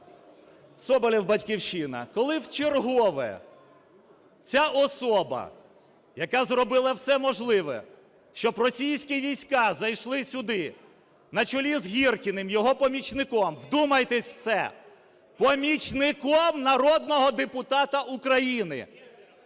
Соболєв, "Батьківщина". Коли вчергове ця особа, яка зробила все можливе, щоб російські війська зайшли сюди на чолі з Гіркиним, його помічником, вдумайтеся в це, помічником народного депутата України